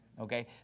okay